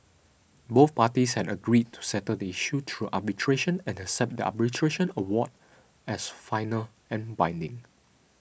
both parties had agreed to settle the issue through arbitration and accept the arbitration award as final and binding